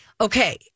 Okay